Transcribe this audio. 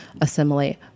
assimilate